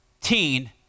teen